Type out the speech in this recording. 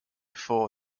for